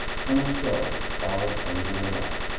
colonel stow followed a little way off.